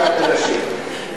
גם לנשים.